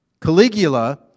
Caligula